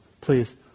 Please